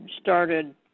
started